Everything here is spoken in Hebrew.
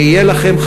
נהיה לכם,